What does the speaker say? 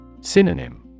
Synonym